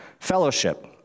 Fellowship